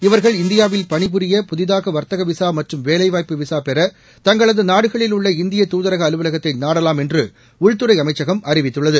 இவர்கள் இந்தியாவில் பணிபுரிய புதிததாக வா்த்தக விசா மற்றம் வேலைவாய்ப்பு விசா பெற தங்களது நாடுகளில் உள்ள இந்திய துதரக அலுவலகத்தை நாடலாம் என்று உள்துறை அமைச்சகம் அறிவித்துள்ளது